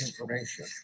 information